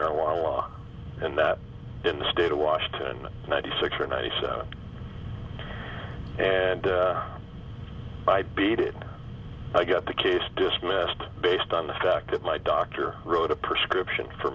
marijuana law and that in the state of washington ninety six or ninety seven and i beat it i get the case dismissed based on the fact that my doctor wrote a prescription for